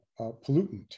pollutant